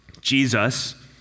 Jesus